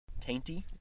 Tainty